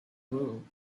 rule